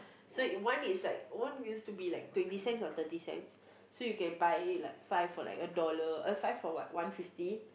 so one is like one used to be like twenty cents or thirty cents so you can buy like five for a dollar eh five for one fifty